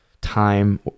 time